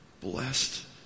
Blessed